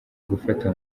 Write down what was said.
gufata